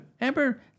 Amber